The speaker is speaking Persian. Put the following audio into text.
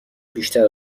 بیشتر